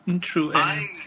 True